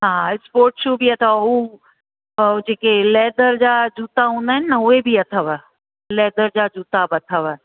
हा sport shoe बि अथव हू त उहो जेके लेदर जा जूता हूंदा आहिनि न उहे बि अथव लेदर जा जूता बि अथव